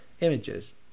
Images